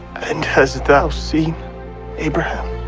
and hast thou seen abraham?